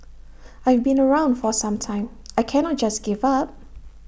I've been around for some time I cannot just give up